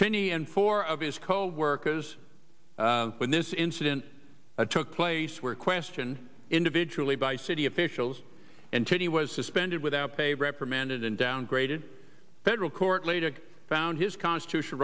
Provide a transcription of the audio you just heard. twenty and four of his coworkers when this incident it took place where question individually by city officials and cheney was suspended without pay reprimanded and downgraded federal court later found his constitutional